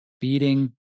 beating